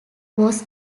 was